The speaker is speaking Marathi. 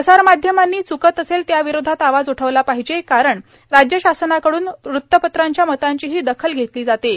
प्रसार माध्यमांनी चुकत असेल त्याविरोधात आवाज उठवला पाहीजे कारण राज्य शासनाकड्रन वृत्तपत्रांच्या मतांचीही दखल घेतली जाते